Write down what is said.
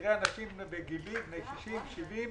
יראה אנשים בגילי, בני 60 או 70,